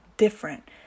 Different